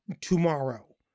tomorrow